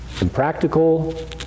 impractical